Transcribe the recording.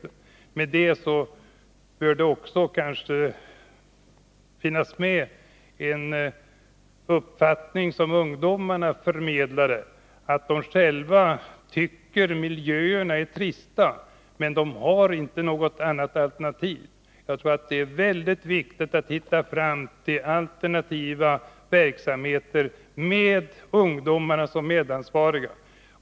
Men vad som då kanske också bör finnas med är en uppfattning som ungdomarna förmedlade, nämligen att de själva tycker att miljöerna är trista men att de inte har något annat alternativ. Jag tror det är väldigt viktigt att hitta fram till alternativa verksamheter med ungdomar som medansvariga.